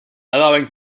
allowing